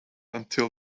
until